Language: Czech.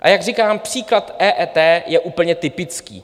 A jak říkám, příklad EET je úplně typický.